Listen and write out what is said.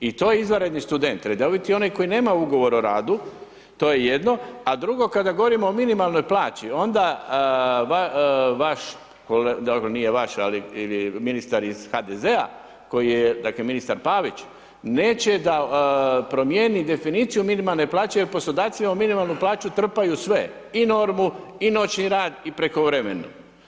I to je izvanredni student, redoviti je onaj koji nama ugovor o radu, to je jedno, a drugo kada govorimo o minimalnoj plaći, onda vaš, dobro nije vaš, ali ministar iz HDZ-a, koji je dakle, ministar Pavić, neće da promijeni definiciju minimalne plaće jer poslodavci u minimalnu plaću trpaju sve i normu i noćni rad i prekovremeni.